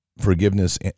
forgiveness